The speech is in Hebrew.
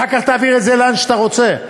אחר כך תעביר את זה לאן שאתה רוצה.